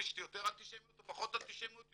יש יותר אנטישמיות או פחות אנטישמיות,